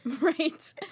Right